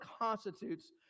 constitutes